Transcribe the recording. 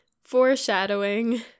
Foreshadowing